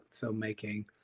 filmmaking